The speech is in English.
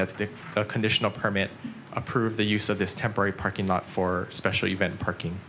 that the conditional permit approve the use of this temporary parking lot for special event parking